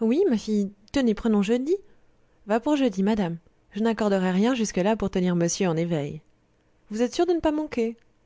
oui ma fille tenez prenons jeudi va pour jeudi madame je n'accorderai rien jusque-là pour tenir monsieur en éveil vous êtes sûre de ne pas manquer